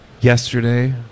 yesterday